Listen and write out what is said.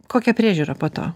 kokia priežiūra po to